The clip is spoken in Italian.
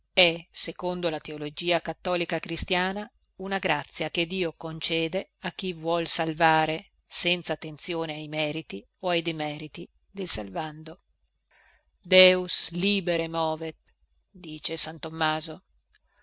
è secondo la teologia cattolica cristiana una grazia che dio concede a chi vuol salvare senza attenzione ai meriti o ai demeriti del salvando deus libere movet dice san tommaso